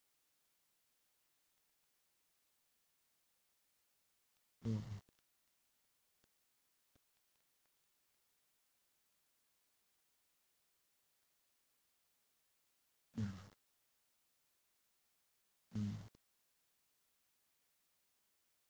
orh okay ya mm